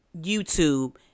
YouTube